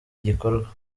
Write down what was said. gikorwa